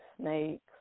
snakes